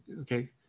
okay